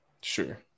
Sure